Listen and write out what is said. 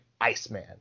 Iceman